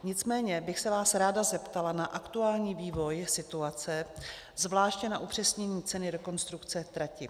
Nicméně bych se vás ráda zeptala na aktuální vývoj situace, zvláště na upřesnění ceny rekonstrukce trati.